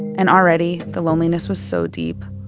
and already the loneliness was so deep.